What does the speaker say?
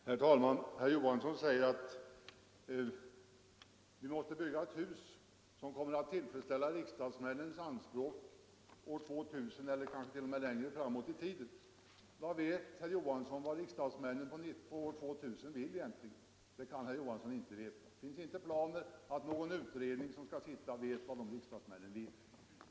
Herr talman! Herr Johansson i Trollhättan säger att vi måste bygga ett hus som kommer att tillfredsställa riksdagsmännens anspråk år 2000 eller kanske t.o.m. längre framåt i tiden. Vad vet herr Johansson om vad riksdagsmännen år 2000 vill egentligen? Det kan herr Johansson inte veta någonting om, och det finns inte planer att någon utredning skulle veta vad de riksdagsmännen vill.